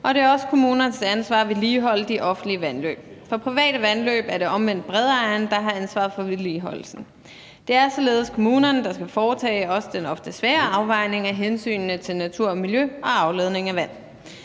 og det er også kommunernes ansvar at vedligeholde de offentlige vandløb. For private vandløb er det omvendt bredejeren, der har ansvaret for vedligeholdelsen. Det er således kommunerne, der skal foretage også den ofte svære afvejning af hensynene til natur og miljø og afledning af vand.